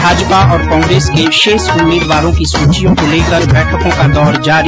भाजपा और कांग्रेस के शेष उम्मीदवारों की सूचियों को लेकर बैठकों के दौर जारी